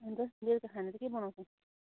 अन्त बेलुका खाना चाहिँ के बनाउँछौ